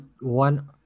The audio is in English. one